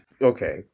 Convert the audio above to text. Okay